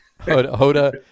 Hoda